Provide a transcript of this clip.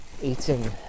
eating